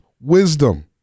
wisdom